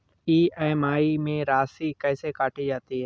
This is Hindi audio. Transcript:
ई.एम.आई में राशि कैसे काटी जाती है?